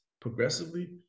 progressively